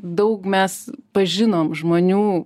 daug mes pažinom žmonių